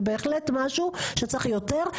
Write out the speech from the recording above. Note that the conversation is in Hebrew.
זה בהחלט משהו שצריך יותר.